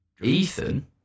Ethan